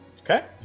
Okay